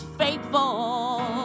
faithful